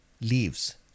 Leaves